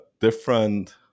different